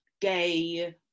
gay